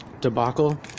debacle